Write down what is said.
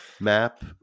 map